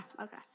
okay